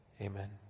Amen